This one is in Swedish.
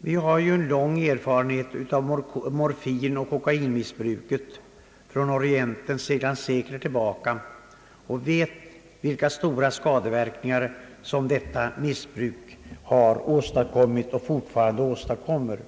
Vi har ju en lång erfarenhet av ko kainoch morfinmissbruk från Orienten sedan sekler och vet vilka stora skadeverkningar som detta missbruk har åstadkommit och = fortfarande åstadkommer.